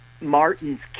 Martin's